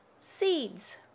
seeds